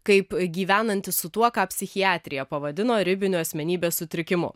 kaip gyvenanti su tuo ką psichiatrija pavadino ribiniu asmenybės sutrikimu